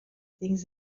things